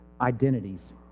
identities